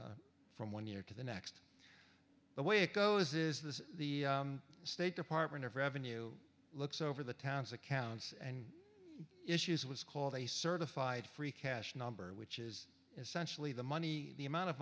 unchanged from one year to the next the way it goes is this the state department of revenue looks over the town's accounts and issues what's called a certified free cash number which is essentially the money the amount of